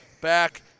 back